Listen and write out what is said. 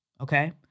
okay